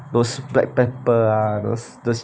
those black pepper ah those those